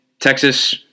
Texas